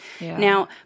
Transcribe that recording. now